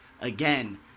again